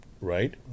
right